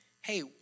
hey